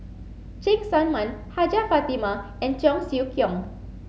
Cheng Tsang Man Hajjah Fatimah and Cheong Siew Keong